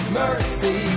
mercy